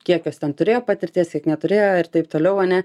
kiek jos ten turėjo patirties kiek neturėjo ir taip toliau ane